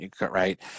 right